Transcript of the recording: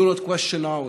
Do not question ours.